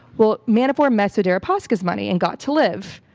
well, manafort messed with deripaska's money and got to live.